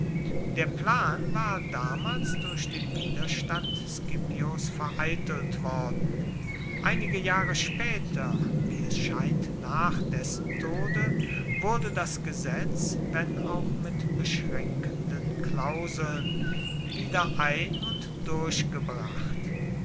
der plan war damals durch den widerstand scipios vereitelt worden einige jahre später wie es scheint nach dessen tode wurde das gesetz wenn auch mit beschränkenden klauseln wieder ein und durchgebracht